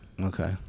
okay